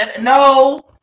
No